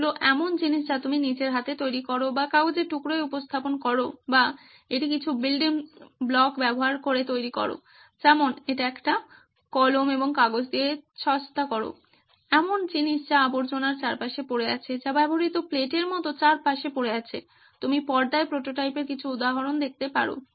এগুলি এমন জিনিস যা তুমি নিজের হাতে তৈরি করো বা কাগজের টুকরোয় উপস্থাপন করো বা এটি কিছু বিল্ডিং ব্লক ব্যবহার করে তৈরি করো যেমন এটি একটি কলম এবং কাগজ দিয়ে সস্তা করো এমন জিনিস যা আবর্জনার চারপাশে পড়ে আছে যা ব্যবহৃত প্লেটের মতো চারপাশে পড়ে আছে তুমি পর্দায় প্রোটোটাইপের কিছু উদাহরণ দেখতে পারো